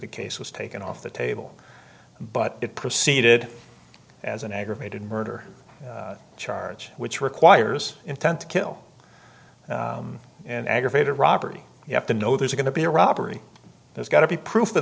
the case was taken off the table but it proceeded as an aggravated murder charge which requires intent to kill an aggravated robbery you have to know there's going to be a robbery there's got to be proof of